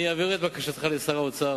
אני אעביר את בקשתך לשר האוצר,